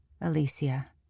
Alicia